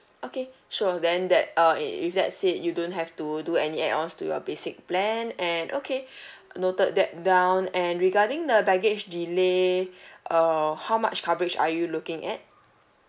okay sure then that uh if let say you don't have to do any add ons to your basic plan and okay noted that down and regarding the baggage delay err how much coverage are you looking at